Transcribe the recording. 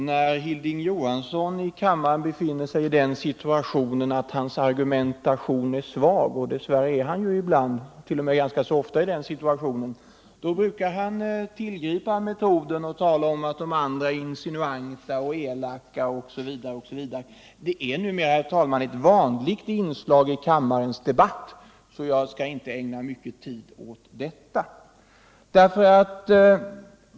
Herr talman! När Hilding Johansson befinner sig i den situationen i kammaren att hans argumentation är svag — och dess värre gör han det ofta — brukar han tillgripa metoden att tala om att hans motståndare är insinuanta och elaka. Det är numera ett vanligt inslag i kammarens debatter, så jag skall inte ägna mycken tid åt detta.